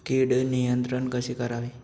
कीड नियंत्रण कसे करावे?